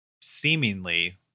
seemingly